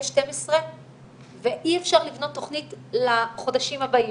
12 ואי אפשר לבנות תכנית לחודשים הבאים.